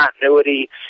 continuity